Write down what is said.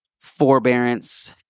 forbearance